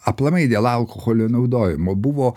aplamai dėl alkoholio naudojimo buvo